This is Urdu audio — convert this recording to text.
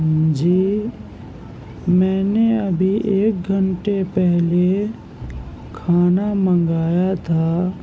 جی میں نے ابھی ایک گھنٹے پہلے کھانا منگایا تھا